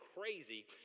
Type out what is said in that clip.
crazy